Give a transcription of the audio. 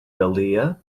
dahlia